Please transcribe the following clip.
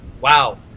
wow